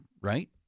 right